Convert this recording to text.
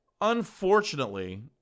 unfortunately